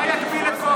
מה יגביל את כוח הרוב?